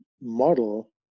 model